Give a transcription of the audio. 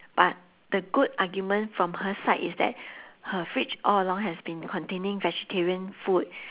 but the good argument from her side is that her fridge all along has been containing vegetarian food